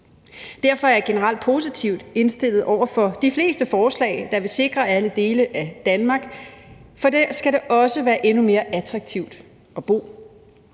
Derfor er jeg generelt positivt indstillet over for de fleste forslag, der vil sikre alle dele af Danmark, for der skal det også være endnu mere attraktivt at bo.